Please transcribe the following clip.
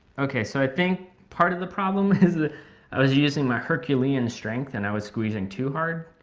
okay so i think part of the problem is that i was using my herculean strength and i was squeezing too hard